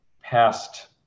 past